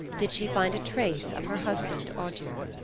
did she find a trace of her husband odur.